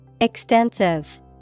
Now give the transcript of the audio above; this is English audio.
Extensive